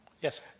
yes